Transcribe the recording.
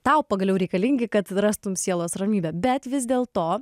tau pagaliau reikalingi kad rastum sielos ramybę bet vis dėlto